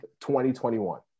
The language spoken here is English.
2021